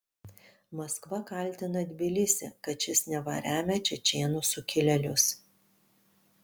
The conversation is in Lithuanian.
maskva kaltina tbilisį kad šis neva remia čečėnų sukilėlius